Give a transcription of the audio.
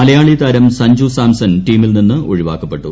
മലയാളി താരം സഞ്ജു സാംസൺ ടീമിൽ നിന്ന് ഒഴിവാക്കപ്പെട്ടു